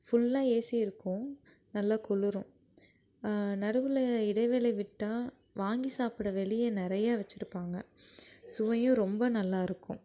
ஃபுல்லாக ஏசி இருக்கும் நல்லா குளிரும் நடுவில் இடைவேளை விட்டால் வாங்கி சாப்பிட வெளியே நிறையா வெச்சுருப்பாங்க சுவையும் ரொம்ப நல்லாயிருக்கும்